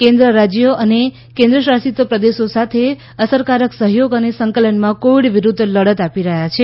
કેન્દ્ર રાજ્યો અને કેન્દ્રશાસિત પ્રદેશો સાથે અસરકારક સહયોગ અને સંકલનમાં કોવિડ વિરુદ્ધ લડત આપી રહ્યા છે